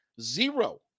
Zero